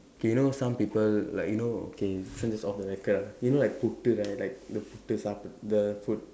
K know some people like you know okay this one is off the record ah you know like puttu right like the puttu saappaadu the food